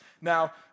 Now